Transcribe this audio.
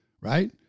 right